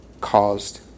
Caused